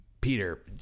Peter